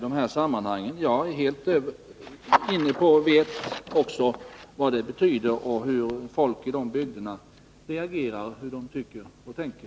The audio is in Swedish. Också jag vet vad ett postställe betyder och hur folk i bygderna reagerar, hur de tycker och tänker.